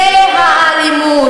זו האלימות.